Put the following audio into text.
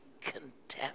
content